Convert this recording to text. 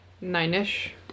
Nine-ish